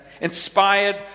Inspired